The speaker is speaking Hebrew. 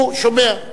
הוא שומע,